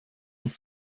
alt